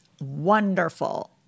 wonderful